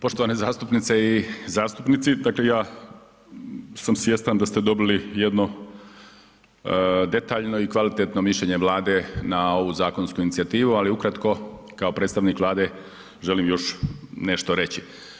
Poštovane zastupnice i zastupnici, dakle ja sam svjestan da ste dobili jedno detaljno i kvalitetno mišljenje Vlade na ovu zakonsku inicijativu ali ukratko kao predstavnik Vlade, želim još nešto reći.